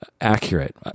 accurate